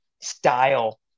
style